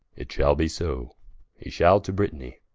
it shall be so he shall to brittanie.